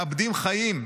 מאבדים חיים.